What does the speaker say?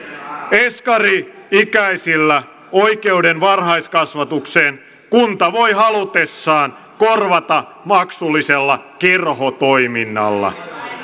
eskari ikäisillä oikeuden varhaiskasvatukseen kunta voi halutessaan korvata maksullisella kerhotoiminnalla